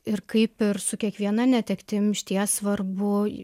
ir kaip ir su kiekviena netektim išties svarbu